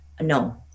No